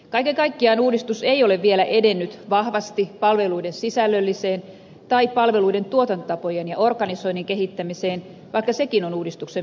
kaiken kaikkiaan uudistus ei ole vielä edennyt vahvasti palveluiden sisällölliseen tai palveluiden tuotantotapojen ja organisoinnin kehittämiseen vaikka sekin on uudistuksen myötä käynnistynyt